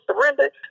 surrendered